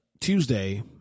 Tuesday